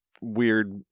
weird